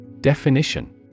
DEFINITION